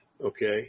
okay